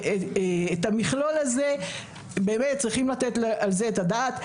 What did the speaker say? ואת המכלול הזה באמת צריכים לתת על זה את הדעת.